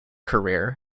career